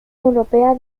europea